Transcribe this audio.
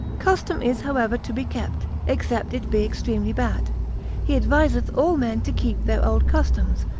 custom is howsoever to be kept, except it be extremely bad he adviseth all men to keep their old customs,